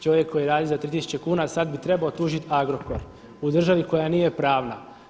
Čovjek koji radi za 3 tisuće kuna sad bi trebao tužiti Agrokor u državi koja nije pravna.